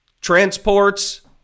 Transport's